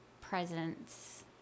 presence